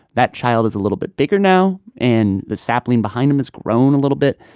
that child is a little bit bigger now. and the sapling behind him has grown a little bit.